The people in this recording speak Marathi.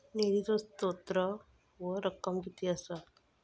निधीचो स्त्रोत व रक्कम कीती असा?